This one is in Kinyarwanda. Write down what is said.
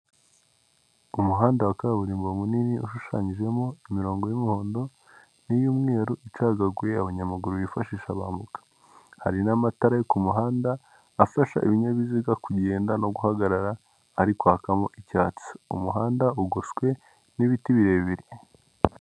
Umuhanda wa kaburimbo munini ushushanyijemo imirongo y'umuhondo ni iy'umweru icagaguye abanyamaguru bifashisha bambuka, hari n'amatara yo kumuhanda afasha ibinyabiziga kugenda no guhagarara ari kwakamo icyatsi, umuhanda ugoswe n'ibiti birebire.